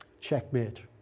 Checkmate